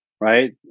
right